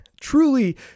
Truly